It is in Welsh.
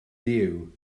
duw